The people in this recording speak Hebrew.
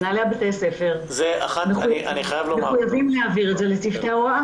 מנהלי בתי הספר מחויבים להעביר את זה לצוותי ההוראה.